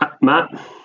Matt